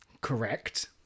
Correct